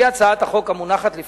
לפי הצעת החוק המונחת לפניכם,